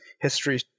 history